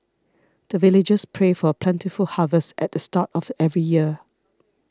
the villagers pray for plentiful harvest at the start of every year